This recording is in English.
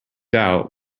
out